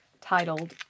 titled